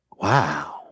Wow